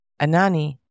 Anani